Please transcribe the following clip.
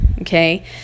okay